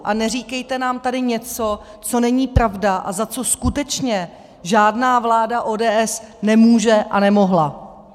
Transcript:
A neříkejte nám tady něco, co není pravda a za co skutečně žádná vláda ODS nemůže a nemohla.